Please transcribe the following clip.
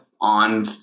on